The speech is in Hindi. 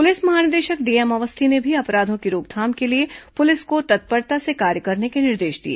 पुलिस महानिदेशक डीएम अवस्थी ने भी अपराधों की रोकथाम के लिए पुलिस को तत्परता से कार्य करने के निर्देश दिए